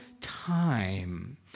time